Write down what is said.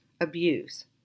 abuse